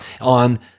on